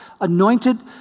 anointed